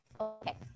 okay